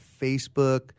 Facebook